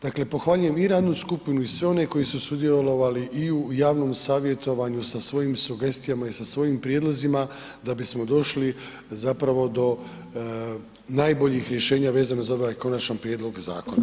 Dakle, pohvaljujem i radnu skupinu i sve one koji su sudjelovali i u javnom savjetovanju sa svojim sugestijama i sa svojim prijedlozima da bismo došli zapravo do najboljih rješenja vezano za ovaj konačan prijedlog zakona.